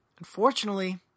Unfortunately